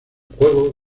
juego